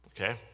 okay